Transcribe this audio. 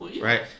right